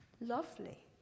Lovely